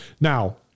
Now